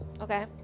okay